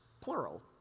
plural